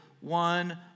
one